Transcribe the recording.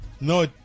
No